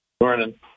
Morning